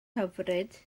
hyfryd